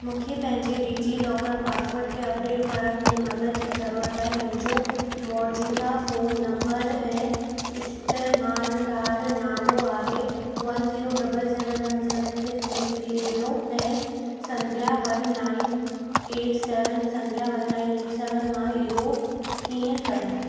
मूंखे पंहिंजे DigiLocker password खे अपडेट करण में मदद जी ज़रूरत आहे मुंहिंजो मौजूदा फ़ोन नंबर ऐं इस्तेमालदार नालो आहे one zero double seven one seven six three three zero ऐं Sandhya one nine eight seven Sandhya one nine eight seven मां इहो कीअं कयां